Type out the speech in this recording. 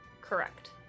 Correct